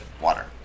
Water